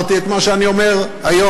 ואמרתי את מה שאני אומר היום: